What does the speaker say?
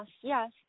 Yes